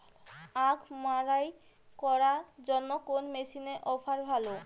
আখ মাড়াই করার জন্য কোন মেশিনের অফার ভালো?